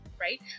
Right